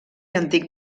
antic